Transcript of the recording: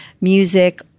Music